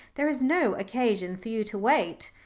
there is no occasion for you to wait,